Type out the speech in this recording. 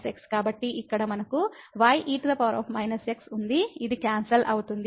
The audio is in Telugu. కాబట్టి ఇక్కడ మనకు y e x ఉంది అది క్యాన్సల్ అవుతుంది